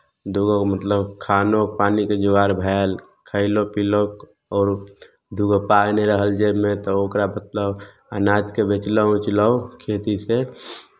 दू गो मतलब खानो पानिके जोगाड़ भेल खयलहुँ पीलहुँ आओर दू गो पाइ नहि रहल जेबमे तऽ ओकरा मतलब अनाजकेँ बेचलहुँ उचलहुँ खेतीसँ